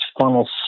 funnel